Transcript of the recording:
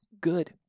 good